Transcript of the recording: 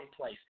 place